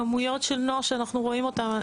כמויות של נוער שאנחנו רואים אותם.